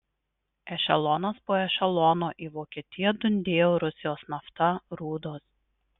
ešelonas po ešelono į vokietiją dundėjo rusijos nafta rūdos